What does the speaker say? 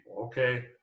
okay